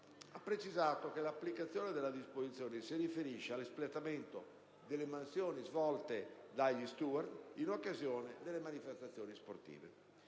ha precisato che l'applicazione della disposizione si riferisce all'espletamento delle mansioni svolte dagli *steward* in occasione delle manifestazioni sportive.